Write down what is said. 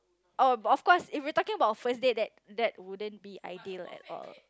oh of course if you are talking about first date that that wouldn't be ideal at all